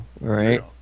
right